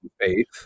faith